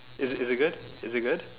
is it is it good is it good